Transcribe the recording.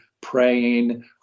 praying